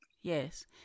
Yes